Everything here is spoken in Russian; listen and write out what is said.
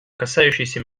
касающиеся